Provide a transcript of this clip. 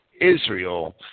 Israel